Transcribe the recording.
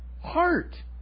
heart